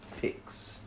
picks